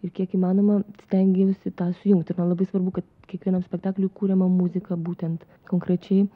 ir kiek įmanoma stengiausi tą sujungti man labai svarbu kad kiekvienam spektakliui kuriamą muziką būtent konkrečiai